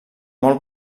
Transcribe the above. molt